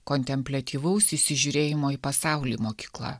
kontempliatyvaus įsižiūrėjimo į pasaulį mokykla